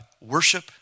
worship